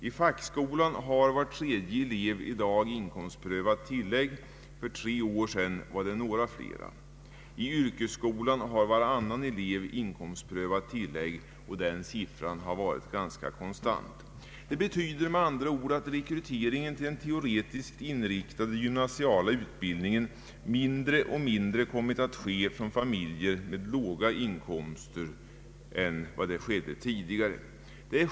I fackskolan har var tredje elev i dag inkomstprövat tillägg. För tre år sedan var det några flera. I yrkesskolan har varannan elev inkomstprövat tillägg, och den siffran har varit ganska konstant. Det betyder med andra ord att rekryteringen till den teoretiskt inriktade gymnasiala utbildningen mindre och mindre har kommit att ske från familjer med låga inkomster.